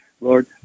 Lord